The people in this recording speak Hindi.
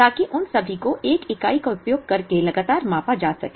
ताकि उन सभी को एक इकाई का उपयोग करके लगातार मापा जा सके